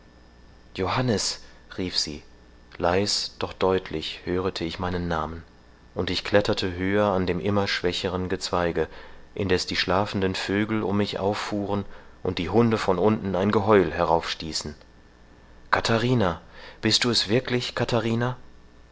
johannes rief sie leis doch deutlich hörete ich meinen namen und ich kletterte höher an dem immer schwächeren gezweige indeß die schlafenden vögel um mich auffuhren und die hunde von unten ein geheul heraufstießen katharina bist du es wirklich katharina